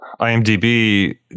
IMDB